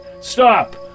Stop